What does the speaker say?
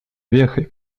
вехой